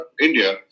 India